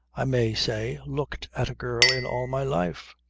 i may say, looked at a girl in all my life.